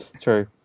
True